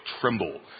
tremble